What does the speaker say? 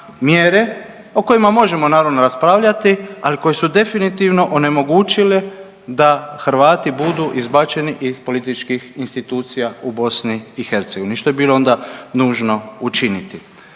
o kojima možemo naravno raspravljati, ali koji su definitivno onemogućile da Hrvati budu izbačeni iz političkih institucija u BiH, što je bilo onda nužno učiniti.